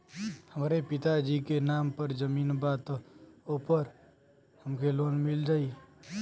हमरे पिता जी के नाम पर जमीन बा त ओपर हमके लोन मिल जाई?